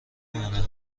مونه